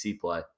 play